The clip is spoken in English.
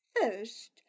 First